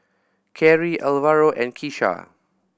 Cary Alvaro and Kisha